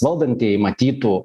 valdantieji matytų